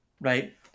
right